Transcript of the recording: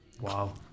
Wow